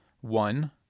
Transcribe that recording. One